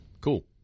Cool